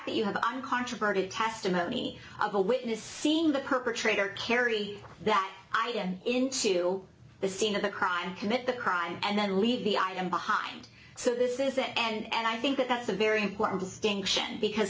that you have uncontroverted testimony of a witness seeing the perpetrator carry that idea into the scene of the crime commit the crime and then leave the i am behind so this is it and i think that that's a very important distinction because